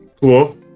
Cool